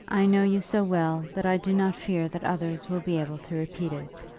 i know you so well, that i do not fear that others will be able to repeat it.